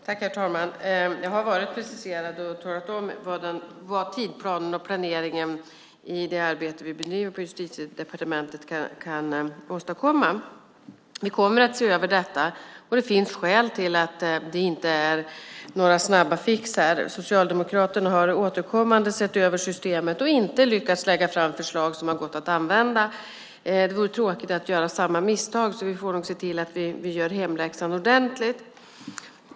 Herr talman! Jag har preciserat mig och talat om vad tidsplanen och planeringen i det arbete vi bedriver på Justitiedepartementet kan åstadkomma. Vi kommer att se över detta, och det finns skäl till att det inte finns några snabba fixar här. Socialdemokraterna har återkommande sett över systemet och inte lyckats lägga fram förslag som har gått att använda. Det vore tråkigt att göra samma misstag, så vi får nog se till att göra hemläxan ordentligt.